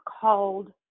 called